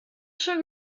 schon